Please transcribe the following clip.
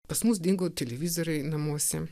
pas mus dingo televizoriai namuose